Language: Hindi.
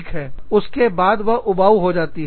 इसके बाद वह उबाऊ हो जाती है